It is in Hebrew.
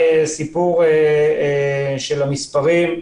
לגבי המספרים,